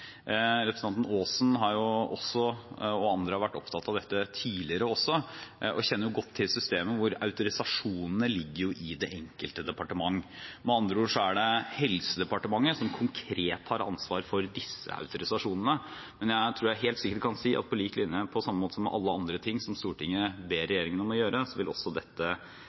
Representanten Aasen og andre har vært opptatt av dette tidligere også, og kjenner jo godt til systemet hvor autorisasjonen ligger i det enkelte departement. Med andre ord er det Helsedepartementet som konkret har ansvar for disse autorisasjonene, men jeg tror jeg helt sikkert kan si at på samme måte som alle andre ting Stortinget ber regjeringen om å gjøre, vil også dette